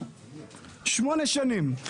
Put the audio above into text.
שמונה שנים.